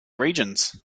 regions